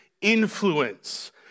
influence